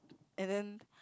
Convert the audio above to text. and then